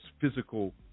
physical